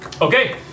Okay